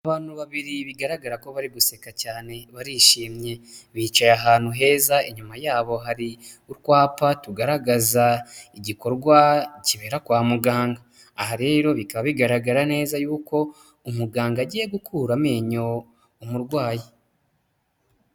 Abantu babiri bigaragara ko bari guseka cyane barishimye, bicaye ahantu heza, inyuma yabo hari utwapa tugaragaza igikorwa kibera kwa muganga, aha rero bikaba bigaragara neza yuko umuganga agiye gukura amenyo umurwayi.